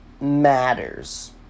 matters